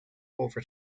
over